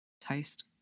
toast